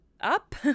up